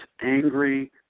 angry